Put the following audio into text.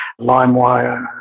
LimeWire